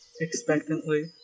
expectantly